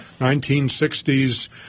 1960s